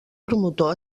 promotor